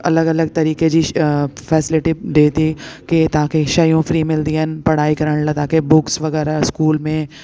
अलॻि अलॻि तरीक़े जी फैसिलिटी बि ॾिए थी की तव्हांखे शयूं फ्री में मिलंदी आहिनि पढ़ाई करण लाइ तव्हांखे बुक्स वग़ैरह स्कूल में